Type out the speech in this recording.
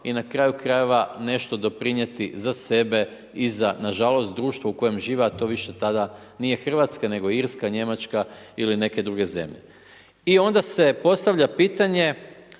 i na kraju krajeva nešto doprinijeti za sebe i za, nažalost, društva koje žive a to više tada nije Hrvatska, nego Irska, Njemačka ili neke druge zemlje. I onda se postavlja pitanje